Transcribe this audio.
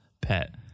pet